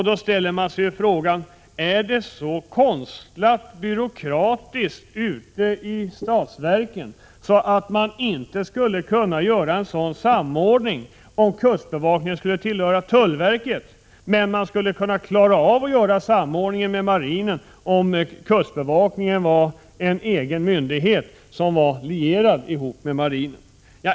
Då uppstår frågan: Är det så konstlat byråkratiskt ute i statsverken att man inte skulle kunna göra en sådan samordning om kustbevakningen skulle tillhöra tullverket men man skulle klara av samordningen med marinen om kustbevakningen var en egen myndighet som man lierat med marinen?